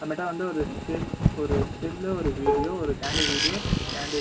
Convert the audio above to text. அப்புறமேட்டா வந்து ஒரு ஸ்டில் ஒரு ஸ்டில்லு ஒரு வீடியோ ஒரு கேண்டிட் வீடியோ கேண்டிட்